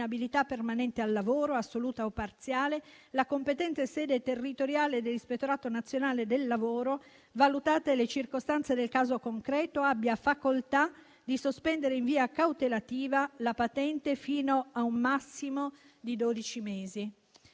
un'inabilità permanente al lavoro (assoluta o parziale), la competente sede territoriale dell'Ispettorato nazionale del lavoro, valutate le circostanze del caso concreto, abbia facoltà di sospendere in via cautelativa la patente fino a un massimo di dodici mesi.